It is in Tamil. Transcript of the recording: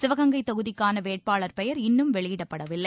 சிவகங்கை தொகுதிக்கான வேட்பாளர் பெயர் இன்னும் வெளியிடப்படவில்லை